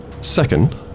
second